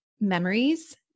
memories